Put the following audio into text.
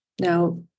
Now